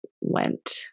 went